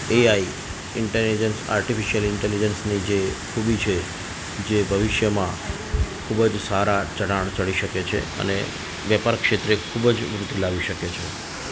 AI intelligence artificial ઇન્ટેલિજન્સની જે ખૂબી છે જે ભવિષ્યમાં ખૂબ જ સારા ચઢાણ ચઢી શકે છે અને વેપાર ક્ષેત્રે ખૂબ જ વૃદ્ધિ લાવી શકે છે